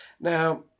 Now